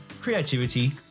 creativity